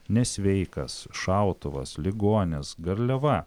nesveikas šautuvas ligonis garliava